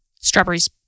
Strawberries